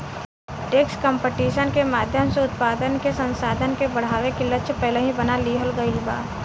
tax competition के माध्यम से उत्पादन के संसाधन के बढ़ावे के लक्ष्य पहिलही बना लिहल गइल बा